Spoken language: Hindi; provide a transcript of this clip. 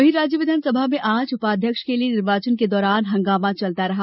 वहीं राज्य विधानसभा में आज उपाध्यक्ष के निर्वाचन के दौरान हंगामा चलता रहा